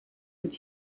und